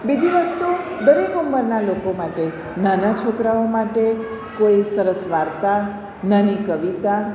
બીજી વસ્તુ દરેક ઉંમરના લોકો માટે નાના છોકરાઓ માટે કોઈ સરસ વાર્તા નાની કવિતા